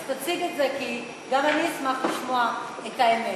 אז תציג את זה, כי גם אני אשמח לשמוע את האמת.